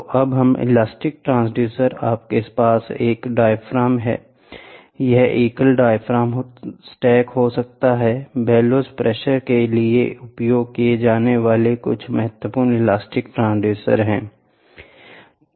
तो अब है इलास्टिक ट्रांसड्यूसर आपके पास एक डायाफ्राम है यह एकल डायाफ्राम स्टैक हो सकता है बिलोज प्रेशर के लिए उपयोग किए जाने वाले कुछ महत्वपूर्ण इलास्टिक ट्रांसड्यूसर हैं